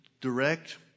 direct